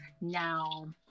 now